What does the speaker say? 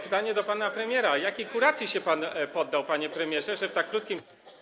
Pytanie do pana premiera: Jakiej kuracji się pan poddał, panie premierze, że w tak krótkim.